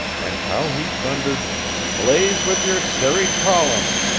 and how he thundered blaze with your serried columns,